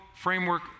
framework